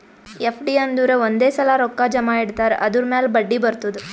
FD ಅಂದುರ್ ಒಂದೇ ಸಲಾ ರೊಕ್ಕಾ ಜಮಾ ಇಡ್ತಾರ್ ಅದುರ್ ಮ್ಯಾಲ ಬಡ್ಡಿ ಬರ್ತುದ್